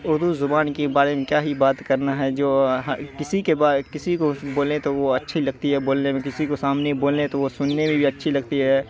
اردو زبان کے بارے میں کیا ہی بات کرنا ہے جو ہر کسی کے کسی کو بولیں تو وہ اچھی لگتی ہے بولنے میں کسی کو سامنے میں بولیں تو وہ سننے میں بھی اچھی لگتی ہے